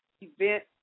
event